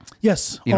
Yes